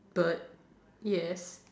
bird yes